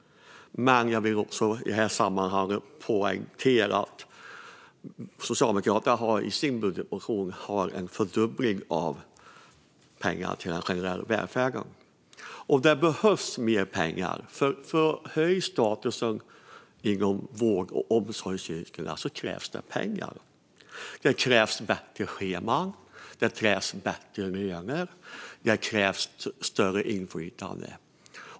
Men jag vill också i det här sammanhanget poängtera att Socialdemokraterna i sin budgetmotion har en fördubbling av pengarna till den generella välfärden. Och det behövs mer pengar, för om vi ska höja statusen inom vård och omsorgsyrkena krävs det pengar. Det krävs bättre scheman, det krävs bättre löner och det krävs större inflytande.